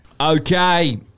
Okay